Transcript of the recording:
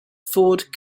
ford